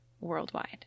worldwide